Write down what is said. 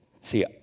See